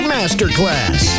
Masterclass